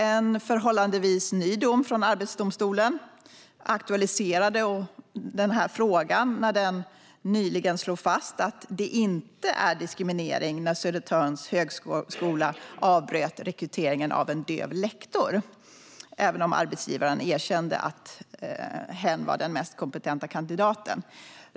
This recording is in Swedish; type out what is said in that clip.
En förhållandevis ny dom från Arbetsdomstolen aktualiserade frågan när den nyligen slog fast att det inte var diskriminering när Södertörns högskola avbröt rekryteringen av en döv lektor, även om arbetsgivaren erkände att hen var den mest kompetenta kandidaten.